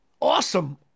awesome